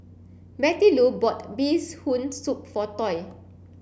Bettylou bought Bees Hoon soup for Toy